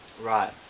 Right